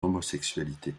homosexualité